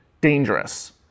dangerous